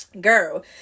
girl